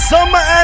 Summer